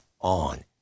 on